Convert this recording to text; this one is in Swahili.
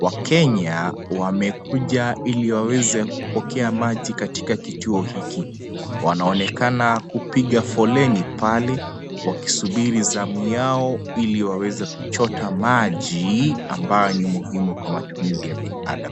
Wakenya, wamekuja ili waweze kupokea maji katika kituo hiki. Wanaonekana kupiga foleni pale, wakisubiri zamu yao ili waweze kuchota maji, ambayo ni muhimu kwa matumizi ya binadamu.